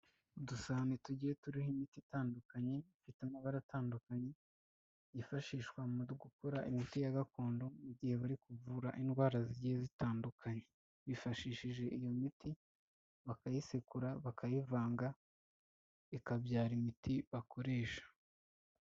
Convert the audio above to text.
Uduhasane tugiye turiho imiti itandukanye, ifite amabara atandukanye, yifashishwa mu gukora imiti ya gakondo mu gihe bari kuvura indwara zigiye zitandukanye, bifashishije iyo miti bakayisekura, bakayivanga, ikabyara imiti bakoresha.